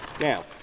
Now